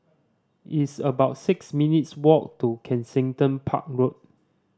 it's about six minutes' walk to Kensington Park Road